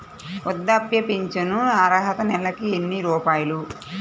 వృద్ధాప్య ఫింఛను అర్హత నెలకి ఎన్ని రూపాయలు?